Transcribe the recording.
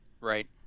right